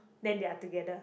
then they are together